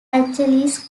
angeles